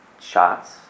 shots